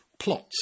Plots